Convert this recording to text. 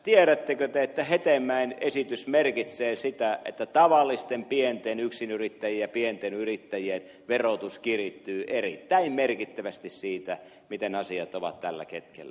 tiedättekö te että hetemäen esitys merkitsee sitä että tavallisten pienten yksinyrittäjien ja pienten yrittäjien verotus kiristyy erittäin merkittävästi siitä miten asiat ovat tällä hetkellä